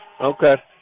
Okay